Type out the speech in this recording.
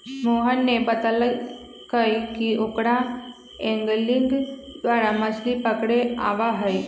मोहन ने बतल कई कि ओकरा एंगलिंग द्वारा मछ्ली पकड़े आवा हई